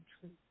truth